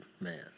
man